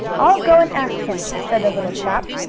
i'll go and ask him, said the little chap.